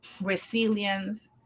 resilience